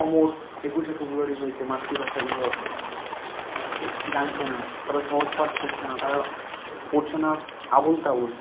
অমর একুশে ফেব্রুয়ারি হয়েছে মাতৃভাষা দিবস এ জানছে না তারা সহজ পাঠ পড়ছে না তারা পড়ছে না আবোল তাবোল